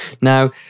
Now